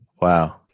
Wow